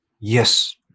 yes